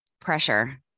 pressure